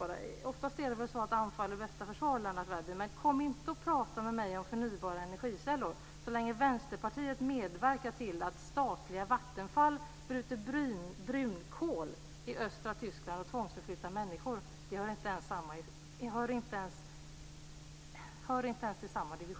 Oftast är det väl så att anfall är bästa försvar, Lennart Värmby, men kom inte och prata med mig om förnyelsebara energikällor så länge Vänsterpartiet medverkar till att statliga Vattenfall bryter brunkol och tvångsförflyttar människor i östra Tyskland. Det hör inte ens till samma division, tycker jag.